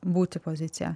būti pozicija